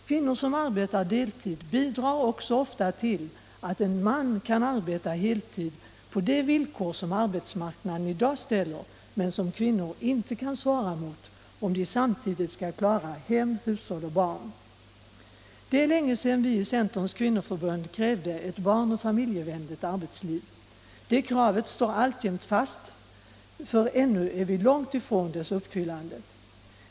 Kvinnor som arbetar deltid bidrar också ofta till att en man kan arbeta heltid på de villkor som arbetsmarknaden i dag ställer men som kvinnor inte kan svara mot, om de samtidigt skall klara hem, hushåll och barn. Det är länge sedan vi i Centerns kvinnoförbund krävde ett barn och familjevänligt arbetsliv. Det kravet står alltjämt fast, för ännu är vi långt från dess uppfyllande.